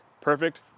perfect